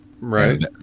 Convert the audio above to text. Right